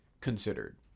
considered